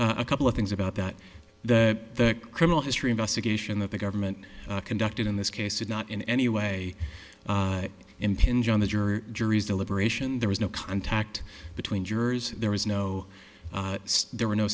r a couple of things about that the criminal history investigation that the government conducted in this case did not in any way impinge on the juror juries deliberation there was no contact between jurors there was no there were no